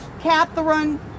Catherine